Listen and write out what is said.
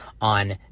on